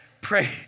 pray